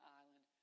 island